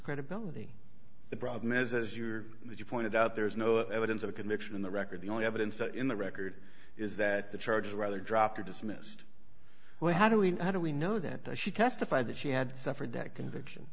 credibility the problem is as you're as you pointed out there is no evidence of a conviction in the record the only evidence in the record is that the charges rather dropped or dismissed well how do we how do we know that she testified that she had suffered that conviction